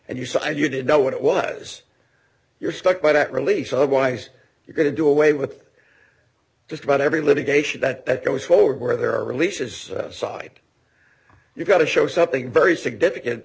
and you said you did know what it was you're stuck but at release otherwise you're going to do away with just about every litigation that goes forward where there are releases side you've got to show something very significant